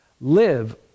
live